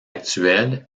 actuelle